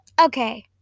okay